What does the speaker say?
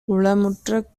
உளமுற்ற